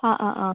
ആ ആ ആ